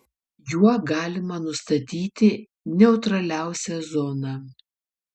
juo galima nustatyti neutraliausią zoną